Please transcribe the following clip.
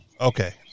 Okay